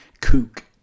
kook